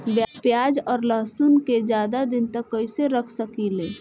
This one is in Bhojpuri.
प्याज और लहसुन के ज्यादा दिन तक कइसे रख सकिले?